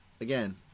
again